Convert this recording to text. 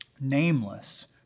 nameless